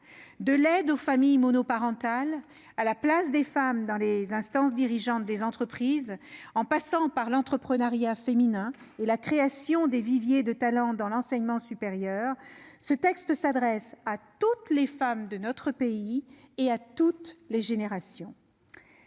De l'aide aux familles monoparentales jusqu'à la place des femmes dans les instances dirigeantes des entreprises, en passant par l'entrepreneuriat féminin et la création de viviers de talents dans l'enseignement supérieur, ce texte s'adresse à toutes les femmes de notre pays et à toutes les générations.